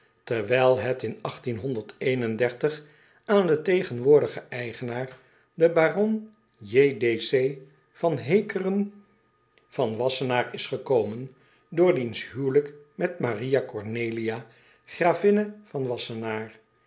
terwijl het in aan den tegenwoordigen eigenaar den baron van eeckeren van assenaar is gekomen door diens huwelijk met aria ornelia gravinne van assenaar